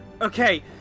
Okay